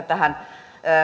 tähän